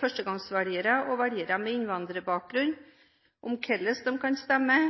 førstegangsvelgere og velgere med innvandrerbakgrunn om hvordan de kan stemme,